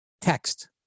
text